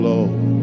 Lord